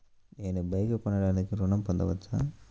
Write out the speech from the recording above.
నేను బైక్ కొనటానికి ఋణం పొందవచ్చా?